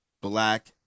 black